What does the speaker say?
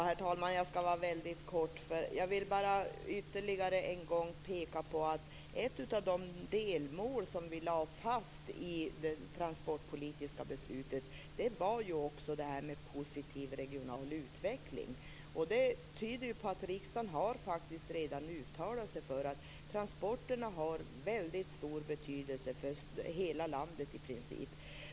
Herr talman! Jag skall fatta mig väldigt kort. Jag vill bara ytterligare en gång peka på att ett av de delmål som vi lade fast i det transportpolitiska beslutet var positiv regional utveckling. Det betyder att riksdagen redan har uttalat sig för att transporterna har väldigt stor betydelse för i princip hela landet.